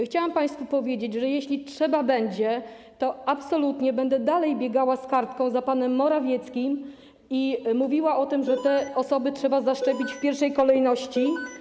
Chciałam państwu powiedzieć, że jeśli będzie trzeba, to absolutnie będę dalej biegała z kartką za panem Morawieckim i mówiła o tym, że te osoby trzeba zaszczepić w pierwszej kolejności.